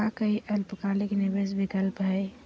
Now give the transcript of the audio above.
का काई अल्पकालिक निवेस विकल्प हई?